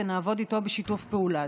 ונעבוד איתו בשיתוף פעולה.